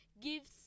gives